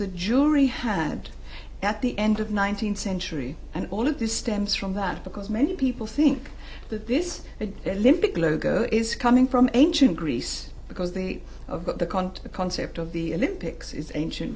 the jury had at the end of nineteenth century and all of this stems from that because many people think that this limbic logo is coming from ancient greece because the of the count the concept of the olympics is ancient